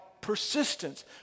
persistence